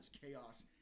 chaos